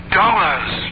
dollars